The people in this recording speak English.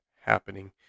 happening